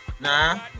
Nah